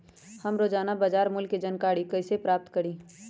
हम रोजाना बाजार मूल्य के जानकारी कईसे पता करी?